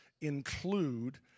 include